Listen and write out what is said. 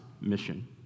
mission